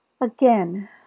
Again